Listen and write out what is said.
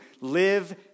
live